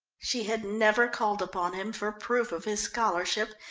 she had never called upon him for proof of his scholarship,